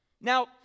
Now